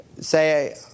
say